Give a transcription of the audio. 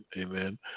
Amen